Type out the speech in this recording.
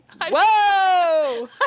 Whoa